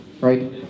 right